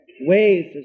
ways